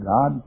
God